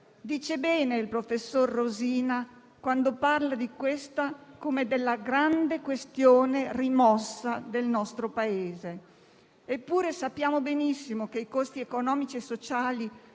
Dice bene il professor Rosina quando parla di questa come della grande questione rimossa del nostro Paese. Eppure, conosciamo benissimo i costi economici e sociali